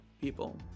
people